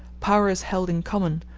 power is held in common,